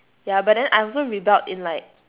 ya but then I also rebelled in like